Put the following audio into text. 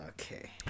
Okay